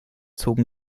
zogen